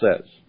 says